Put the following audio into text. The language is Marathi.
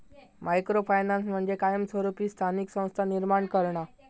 मायक्रो फायनान्स म्हणजे कायमस्वरूपी स्थानिक संस्था निर्माण करणा